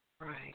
Right